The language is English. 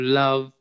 love